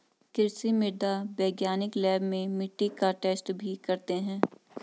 कृषि मृदा वैज्ञानिक लैब में मिट्टी का टैस्ट भी करते हैं